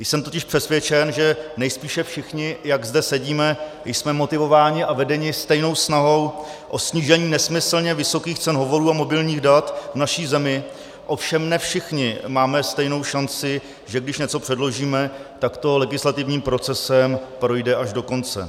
Jsem totiž přesvědčen, že nejspíše všichni, jak zde sedíme, jsme motivováni a vedeni stejnou snahou o snížení nesmyslně vysokých cen hovorů a mobilních dat v naší zemi, ovšem ne všichni máme stejnou šanci, že když něco předložíme, tak to legislativním procesem projde až do konce.